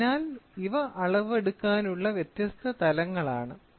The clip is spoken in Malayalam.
അതിനാൽ ഇവ അളവെടുക്കാനുള്ള വ്യത്യസ്ത തലങ്ങളാണ്